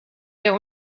der